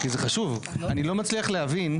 כי אני לא מצליח להבין,